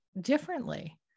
differently